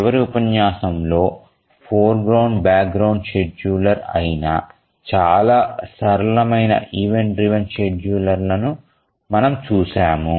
చివరి ఉపన్యాసంలో foreground background scheduler అయిన చాలా సరళమైన ఈవెంట్ డ్రివెన్ షెడ్యూలర్ను మనము చూశాము